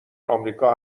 آمریکا